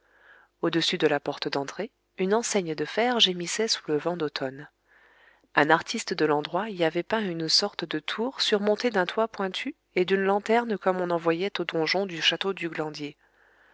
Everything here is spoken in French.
au-dessus de la porte d'entrée une enseigne de fer gémissait sous le vent d'automne un artiste de l'endroit y avait peint une sorte de tour surmontée d'un toit pointu et d'une lanterne comme on en voyait au donjon du château du